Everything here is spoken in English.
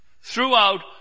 throughout